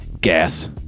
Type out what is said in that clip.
Gas